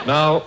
Now